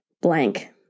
blank